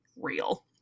real